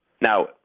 Now